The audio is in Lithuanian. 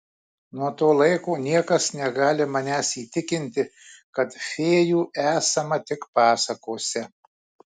nuo to laiko niekas negali manęs įtikinti kad fėjų esama tik pasakose